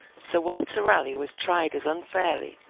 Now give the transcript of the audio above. sir walter raleigh was tried as unfairly,